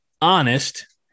honest